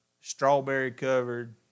strawberry-covered